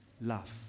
love